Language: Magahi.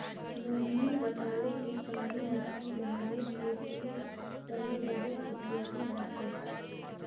मोहिनी बताले कि काली मिट्टी धानेर खेतीर तने बहुत उपयोगी ह छ